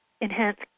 enhance